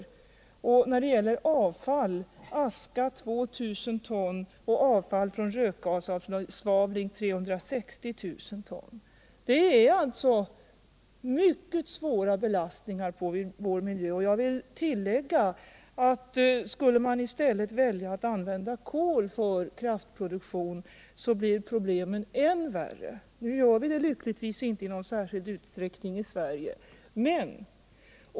Dessutom får man som avfall 2000 ton aska och 360 000 ton avfall från rökgasavsvavling. Det är alltså mycket stora belastningar på vår miljö. Och jag vill tillägga att skulle man i stället välja att använda kol för kraftproduktion blir problemen än värre. Nu gör vi det lyckligtvis inte i särskilt stor utsträckning i Sverige.